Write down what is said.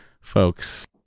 folks